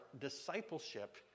discipleship